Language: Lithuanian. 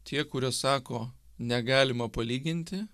tie kurie sako negalima palyginti